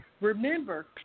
remember